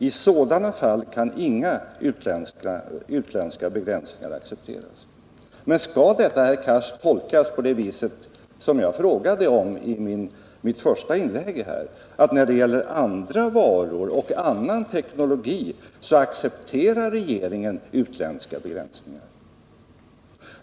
I sådana fall kan inga utländska begränsningar accepteras.” Skall detta, herr Cars, tolkas på det viset som jag frågade om i mitt första inlägg, att när det gäller andra varor och annan teknologi så accepterar regeringen utländska begränsningar?